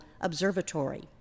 Observatory